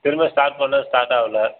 திரும்ப ஸ்டார்ட் பண்ணேன் ஸ்டார்ட் ஆவல